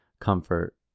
comfort